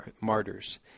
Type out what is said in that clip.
martyrs